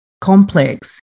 Complex